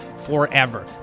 forever